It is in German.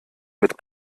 mit